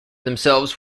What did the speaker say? themselves